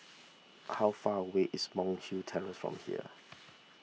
how far away is Monk's Hill Terrace from here